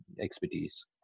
expertise